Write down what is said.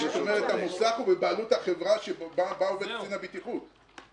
כלומר המוסך הוא בבעלות החברה שבה עובד קצין הבטיחות.